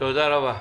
של הכנסת.